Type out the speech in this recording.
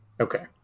Okay